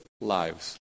lives